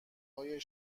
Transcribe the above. های